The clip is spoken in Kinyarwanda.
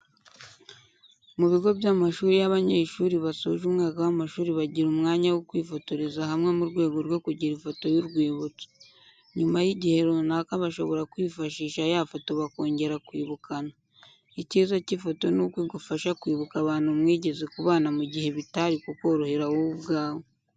Mu bigo by'amashuri iyo abanyeshuri basoje umwaka w'amashuri bagira umwanya wo kwifotoreza hamwe mu rwego rwo kugra ifoto y'urwibutso. Nyuma y'igihe runaka bashobora kwifashisha ya foto bakongera kwibukana. Icyiza cy'ifoto nuko igufasha kwibuka abantu mwigeze kubana mu gihe bitari kukorohera wowe ubwawe.